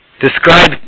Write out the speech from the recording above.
describe